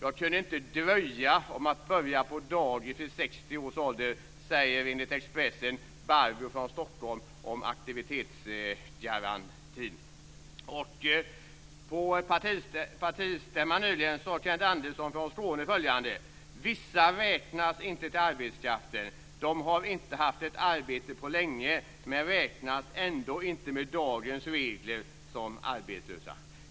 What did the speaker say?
Jag kunde inte drömma om att börja på dagis vid 60 års ålder, säger På partistämman nyligen sade Kent Andersson från Skåne följande: Vissa räknas inte som arbetslösa. De har inte haft ett arbete på länge, men räknas ändå inte med dagens regler som arbetslösa.